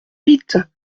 vite